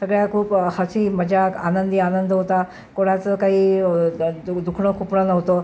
सगळ्या खूप हसी मजाक आनंदीआनंद होता कोणाचं काही दु दुखणं खुपणं नव्हतं